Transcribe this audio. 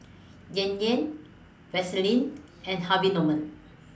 Yan Yan Vaseline and Harvey Norman